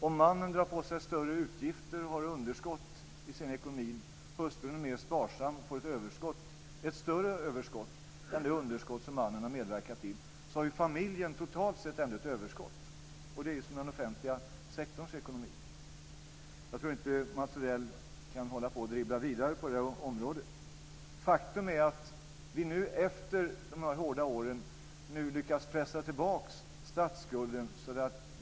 Om mannen drar på sig större utgifter och har underskott i sin ekonomi och hustrun är mer sparsam och får ett större överskott än det underskott som mannen har medverkat till, har familjen totalt sett ändå ett överskott. Det är som den offentliga sektorns ekonomi. Jag tror inte Mats Odell kan hålla på och dribbla vidare på det området. Faktum är att vi efter de hårda åren nu har lyckats pressa tillbaka statsskulden.